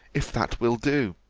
if that will do.